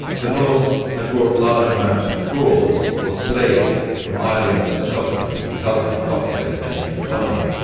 the norse had brought large amounts of thralls, or slaves, from ireland and scotland to help them populate their new colony.